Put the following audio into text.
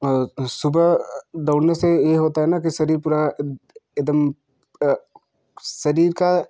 और सुबह दौड़ने से यह होता है ना कि शरीर पूरा एक एक दम शरीर का